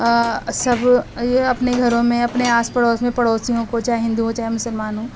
سب یہ اپنے گھروں میں اپنے آس پڑوس میں پڑوسیوں کو چاہے ہندو ہوں چاہے مسلمان ہوں